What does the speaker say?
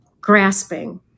grasping